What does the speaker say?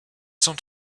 sont